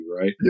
right